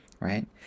right